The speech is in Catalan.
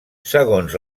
segons